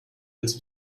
als